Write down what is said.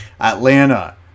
Atlanta